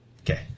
Okay